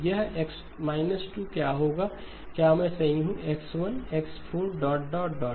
यह X 2 होगा क्या मैं सही हूँX1 X4 डॉट डॉट डॉट